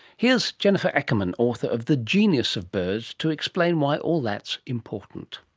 here's jennifer ackerman, author of the genius of birds to explain why all that's important.